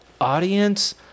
audience